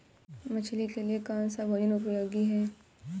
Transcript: मछली के लिए कौन सा भोजन उपयोगी है?